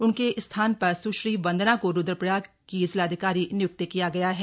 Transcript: उनके स्थान पर सुश्री वंदना को रुद्रप्रयाग की जिलाधिकारी निय्क्त किया गया है